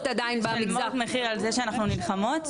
משלמות מחיר על זה שאנחנו נלחמות,